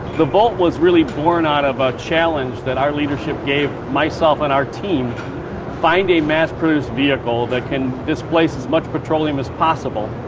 the volt was really born out of a challenge that our leadership gave myself and our team to find a mass produced vehicle that can displace as much petroleum as possible,